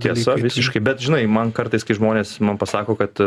tiesa visiškai bet žinai man kartais kai žmonės man pasako kad